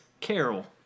Carol